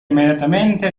immediatamente